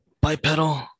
Bipedal